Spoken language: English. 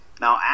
Now